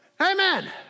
Amen